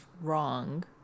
wrong